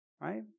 right